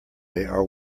are